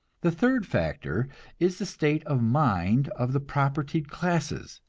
the third factor is the state of mind of the propertied classes,